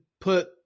put